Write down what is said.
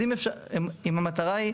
אם המטרה היא,